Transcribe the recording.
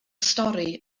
stori